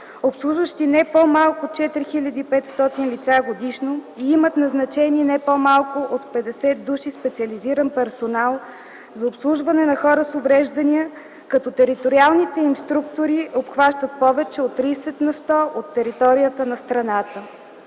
обслужващи не по-малко от 4500 лица годишно и имат назначени не по-малко от 50 души специализиран персонал за обслужване на хора с увреждания като териториалните им структури обхващат повече от 30 на сто от територията на страната.